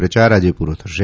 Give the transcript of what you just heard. પ્રચાર આજે પુરો થશે